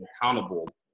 accountable